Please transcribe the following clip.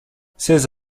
seize